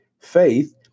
Faith